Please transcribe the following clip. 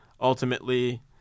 Ultimately